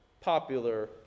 popular